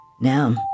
Now